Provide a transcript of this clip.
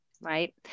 right